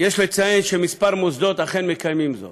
זה מה שאתם מוציאים מכלל